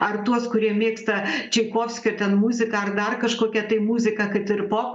ar tuos kurie mėgsta čaikovskio ten muziką ar dar kažkokią tai muziką kad ir pop